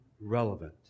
relevant